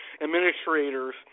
administrators